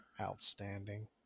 Outstanding